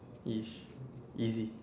is easy